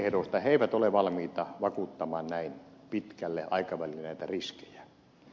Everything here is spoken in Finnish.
ne eivät ole valmiita vakuuttamaan näin pitkälle aikavälille näitä riskejä